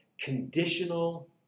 conditional